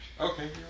Okay